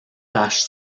tache